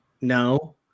No